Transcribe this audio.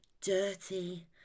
dirty